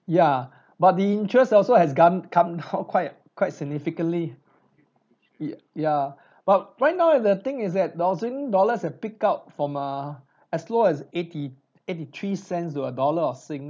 ya but the interest also has come come down quite quite significantly ya ya but right now the thing is that the australian dollars has pick up from err as low as eighty eighty three cents to a dollar of sing